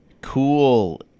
cool